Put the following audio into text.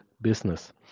business